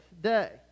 day